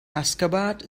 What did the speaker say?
aşgabat